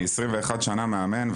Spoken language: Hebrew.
אני עשרים ואחת שנה מאמן,